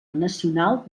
nacional